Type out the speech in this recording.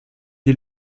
est